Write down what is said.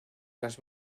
las